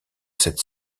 cette